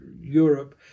Europe